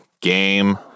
game